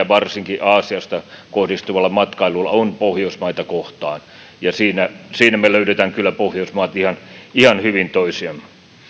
varsinkin aasiasta kohdistuvalla matkailulla on pohjoismaita kohtaan siinä siinä me pohjoismaat löydämme kyllä ihan hyvin toisemme